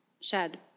shed